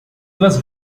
was